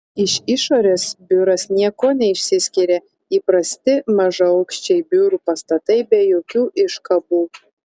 iš išorės biuras niekuo neišsiskiria įprasti mažaaukščiai biurų pastatai be jokių iškabų